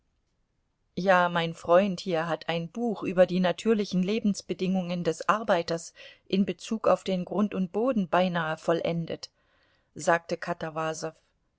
ja mein freund hier hat ein buch über die natürlichen lebensbedingungen des arbeiters in bezug auf den grund und boden beinah vollendet sagte